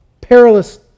perilous